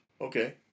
Okay